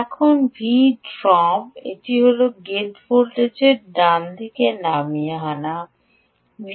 এখন Vout VG drop করে এটি হল গেট ভোল্টেজ ডানদিকে নামিয়ে আনা হয় V